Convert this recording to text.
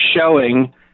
showing